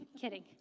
Kidding